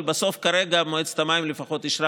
אבל בסוף כרגע מועצת המים לפחות אישרה